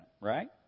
right